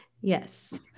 Yes